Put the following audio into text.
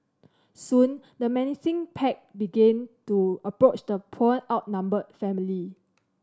soon the menacing pack began to approach the poor outnumbered family